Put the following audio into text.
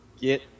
get